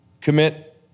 commit